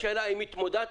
השאלה אם התמודדת.